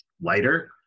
lighter